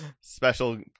special